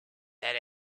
that